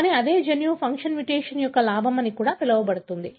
కానీ అదే జన్యువు ఫంక్షన్ మ్యుటేషన్ యొక్క లాభం అని కూడా పిలువబడుతుంది